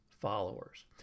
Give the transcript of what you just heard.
followers